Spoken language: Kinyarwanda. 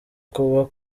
kuba